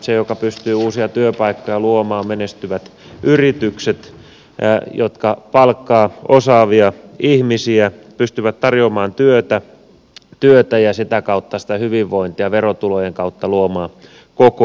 niitä jotka pystyvät uusia työpaikkoja luomaan ovat menestyvät yritykset jotka palkkaavat osaavia ihmisiä pystyvät tarjoamaan työtä ja sitä kautta sitä hyvinvointia verotulojen kautta luomaan koko suomeen